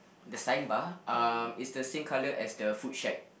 the sign bar uh it's the same colour as the food shack